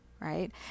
Right